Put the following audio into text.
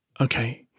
Okay